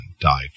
died